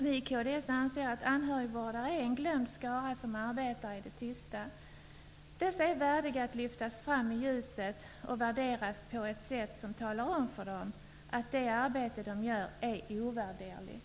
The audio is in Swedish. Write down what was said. Vi i kds anser att anhörigvårdare är en glömd skara som arbetar i det tysta. Dessa är värdiga att lyftas fram i ljuset och värderas på ett sådant sätt att de känner att det arbete de gör är ovärderligt.